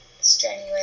strenuous